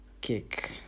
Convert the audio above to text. kick